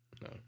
no